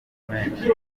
menshi